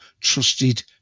trusted